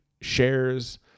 shares